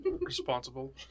Responsible